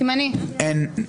הצבעה לא אושרו.